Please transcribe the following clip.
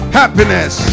happiness